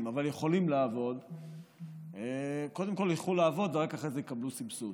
אבל יכולים לעבוד קודם כול ילכו לעבוד ורק אחרי זה יקבלו סבסוד.